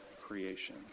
creation